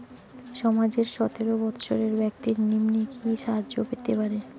সমাজের সতেরো বৎসরের ব্যাক্তির নিম্নে কি সাহায্য পেতে পারে?